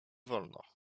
wolno